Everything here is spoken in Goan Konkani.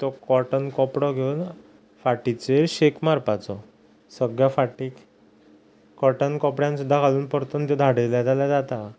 तो कॉटन कपडो घेवन फाटीचेर शेक मारपाचो सगळ्या फाटीक कॉटन कपड्यान सुद्दां घालून परतून तूं धाडयल्या जाल्या जाता